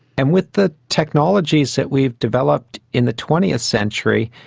and with the technologies that we've developed in the twentieth century,